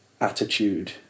attitude